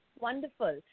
Wonderful